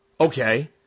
Okay